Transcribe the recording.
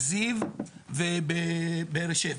זיו ובבאר שבע.